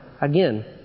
again